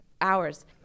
hours